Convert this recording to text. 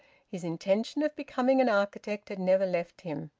his intention of becoming an architect had never left him.